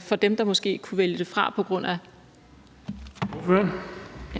for dem, der måske kunne vælge det fra? Kl.